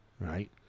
right